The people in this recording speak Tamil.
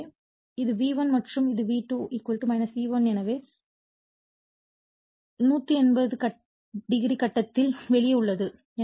எனவே இது V1 மற்றும் இது V1 E1 எனவே 180 o கட்டத்தில் வெளியே உள்ளது